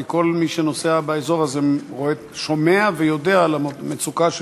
כי כל מי שנוסע באזור הזה שומע ויודע על המצוקה של